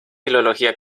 filología